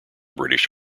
british